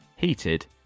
heated